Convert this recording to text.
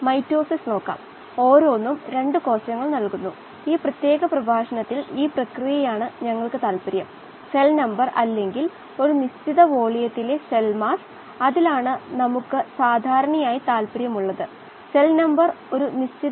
പിന്നെ താപനിലയുടെ ഒരു ഗണിത രീതി നാം കണ്ടു ബീജബാങ്കുകളിലെ ഉപയോഗത്തിനുംമരണം സംഭവിച്ച മനുഷ്യരെ താൽക്കാലികമായി നിലനിർത്താനും ഉൽപ്പാദനത്തിനും ഗവേഷണത്തിനും സെൽ ലൈൻ നിലനിർത്തുന്നതിനും കുറഞ്ഞ താപനിലയുടെ ഉപയോഗം നമ്മൾ കണ്ടു